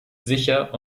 sicher